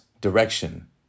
direction